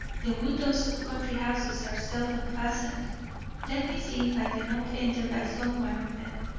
the windows of country houses are seldom fastened let me see if i cannot enter by some one of them.